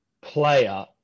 player